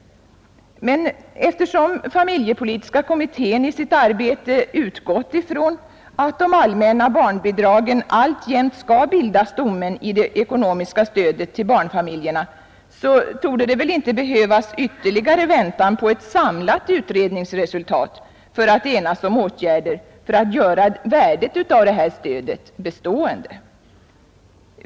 Men eftersom familjepolitiska kommittén i sitt arbete utgått ifrån att de allmänna barnbidragen alltjämt skall bilda stommen i det ekonomiska stödet till barnfamiljerna så torde det inte behövas ytterligare väntan på ett samlat utredningsresultat för att vi skall kunna enas om åtgärder i syfte att göra värdet av det här stödet bestående.